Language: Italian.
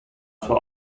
sua